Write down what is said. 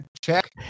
Check